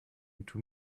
into